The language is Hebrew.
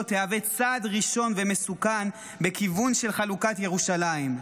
תהווה צעד ראשון ומסוכן בכיוון של חלוקת ירושלים.